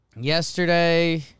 Yesterday